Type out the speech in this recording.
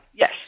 Yes